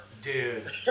Dude